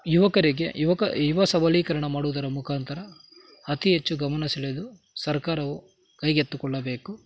ಯುವಕರಿಗೆ ಯುವಕ ಯುವ ಸಬಲೀಕರಣ ಮಾಡೋದರ ಮುಖಾಂತರ ಅತಿ ಹೆಚ್ಚು ಗಮನ ಸೆಳೆದು ಸರ್ಕಾರವು ಕೈಗೆತ್ತಿಕೊಳ್ಳಬೇಕು